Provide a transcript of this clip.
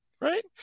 right